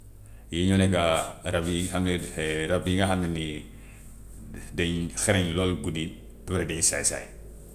Yooyu ñoo nekka rab yi xam ngeen rab yi nga xam ne nii dañ xarañ lool guddi, pare dañu saay-saay.